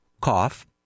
cough